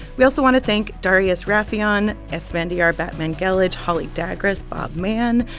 we also want to thank darius rafieyan, esfandyar batmanghelidj, holly dagres, bob mann,